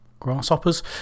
grasshoppers